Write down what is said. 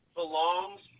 belongs